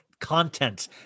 content